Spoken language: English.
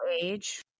age